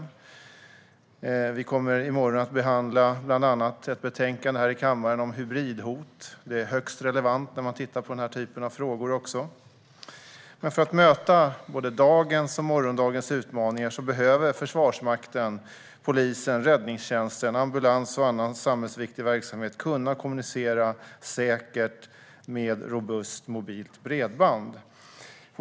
I morgon kommer vi bland annat att behandla ett betänkande här i kammaren om hybridhot. Det är högst relevant när man tittar på denna typ av frågor. För att möta både dagens och morgondagens utmaningar behöver Försvarsmakten, polisen, räddningstjänsten, ambulans och annan samhällsviktig verksamhet kunna kommunicera säkert med robust mobilt bredband.